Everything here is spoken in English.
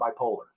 bipolar